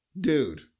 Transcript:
Dude